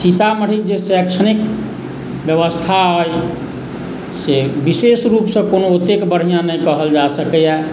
सीतामढ़ी जे शैक्षणिक व्यवस्था हइ से विशेष रूपसँ कोनो ओतेक बढ़िआँ नहि कहल जा सकैए